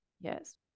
yes